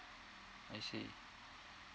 I see